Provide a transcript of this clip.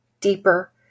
deeper